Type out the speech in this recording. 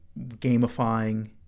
gamifying